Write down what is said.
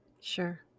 Sure